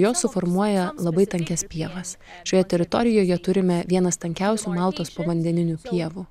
jos suformuoja labai tankias pievas šioje teritorijoje turime vienas tankiausių maltos povandeninių pievų